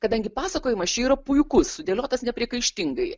kadangi pasakojimas čia yra puikus sudėliotas nepriekaištingai